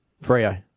Frio